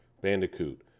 Bandicoot